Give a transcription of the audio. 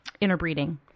interbreeding